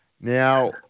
Now